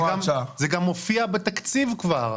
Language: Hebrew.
זה גם מופיע בתקציב כבר.